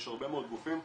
יש הרבה מאוד גופים,